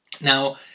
Now